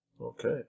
Okay